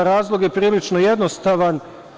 Razlog je prilično jednostavan.